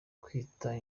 twita